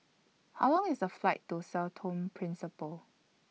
How Long IS The Flight to Sao Tome Principe